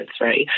right